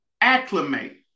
acclimate